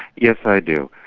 yes i do.